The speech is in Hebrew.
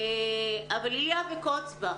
אבל אליה וקוץ בה.